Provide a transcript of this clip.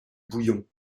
bouillon